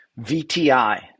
VTI